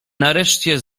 nareszcie